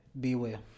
beware